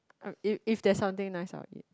if if there's something nice I will eat